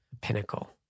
pinnacle